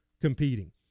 competing